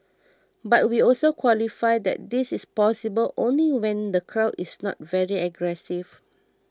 but we also qualify that this is possible only when the crowd is not very aggressive